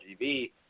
RGB